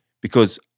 Because-